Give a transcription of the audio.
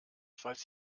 falls